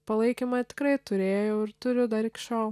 palaikymą tikrai turėjau ir turiu dar iki šiol